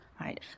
right